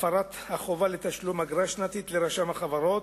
הפרת החובה לתשלום אגרה שנתית לרשם החברות,